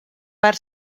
per